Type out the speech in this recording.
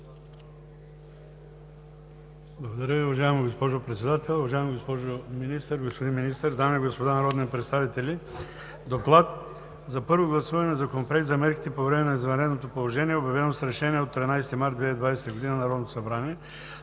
Благодаря Ви, уважаема госпожо Председател. Уважаема госпожо Министър, господин Министър, дами и господа народни представители! „ДОКЛАД за първо гласуване на Законопроект за мерките по време на извънредното положение, обявено с решение от 13 март 2020 г. на Народното събрание,